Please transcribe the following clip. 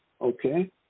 Okay